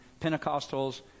Pentecostals